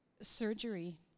surgery